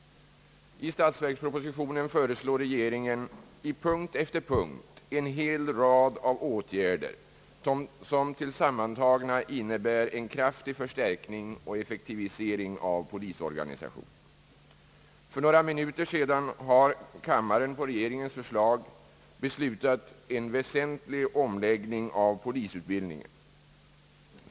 I statsverkspropositionen föreslår regeringen i punkt efter punkt en hel rad av åtgärder, som tillsammantagna innebär en kraftig förstärkning och effektivisering av = polisorganisationen. För några minuter sedan har kammaren på regeringens förslag beslutat en väsentlig omläggning av polisutbildningen.